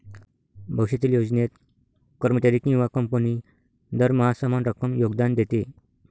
भविष्यातील योजनेत, कर्मचारी किंवा कंपनी दरमहा समान रक्कम योगदान देते